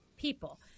people